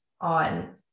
on